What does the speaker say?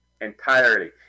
Entirely